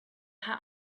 how